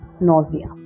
nausea